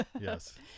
Yes